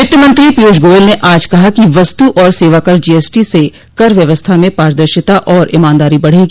वित्तमंत्री पीयूष गोयल ने आज कहा कि वस्तु और सेवाकर जीएसटी से कर व्यवस्था में पारदर्शिता और ईमानदारी बढ़ेगी